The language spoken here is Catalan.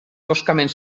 toscament